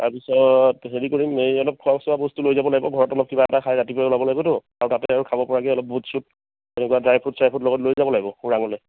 তাৰপিছত হেৰি কৰিম এই অলপ খোৱা চোৱা বস্তু লৈ যাব লাগিব ঘৰত অলপ কিবা এটা খাই ৰাতিপুৱাই ওলাব লাগিবটো আৰু তাতে আৰু খাব পৰাকে অলপ বুট চুট এনেকুৱা ড্ৰাই ফুট চ্ৰাইফুট লগত লৈ যাব লাগিব ওৰাঙলে